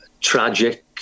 tragic